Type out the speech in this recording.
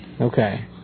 Okay